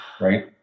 Right